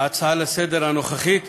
ההצעה הנוכחית לסדר-היום,